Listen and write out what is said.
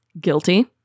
Guilty